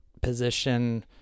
position